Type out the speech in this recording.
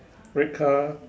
red car